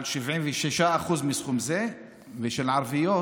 על 76% מסכום זה, ושל ערביות,